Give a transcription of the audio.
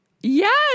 Yes